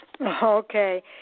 okay